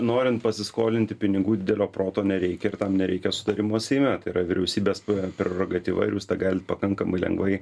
norint pasiskolinti pinigų didelio proto nereikia ir tam nereikia sutarimo seime tai yra vyriausybės prerogatyva ir jūs tą galit pakankamai lengvai